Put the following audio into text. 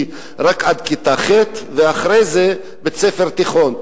עד כיתה ח' ואחרי זה בית-ספר תיכון.